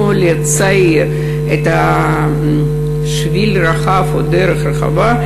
עולה צעיר את השביל הרחב או הדרך הרחבה,